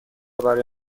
برای